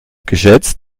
geschätzt